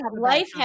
life